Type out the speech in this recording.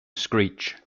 screech